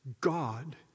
God